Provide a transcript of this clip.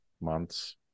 months